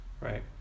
right